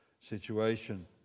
situation